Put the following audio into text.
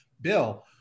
bill